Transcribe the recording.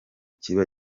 kiba